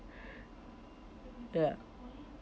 ya